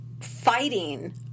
fighting